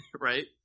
right